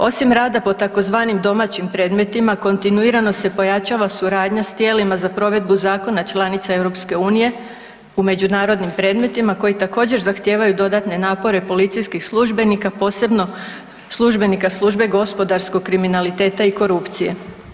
Osim rada po tzv. domaćim predmetima kontinuirano se pojačava suradnja s tijelima za provedbu zakona članica EU u međunarodnim predmetima koji također zahtijevaju dodatne napore policijskih službenika, posebno službenika Službe gospodarskog kriminaliteta i korupcije.